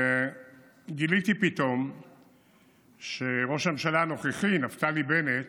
גיליתי פתאום שראש הממשלה הנוכחי נפתלי בנט